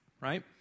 right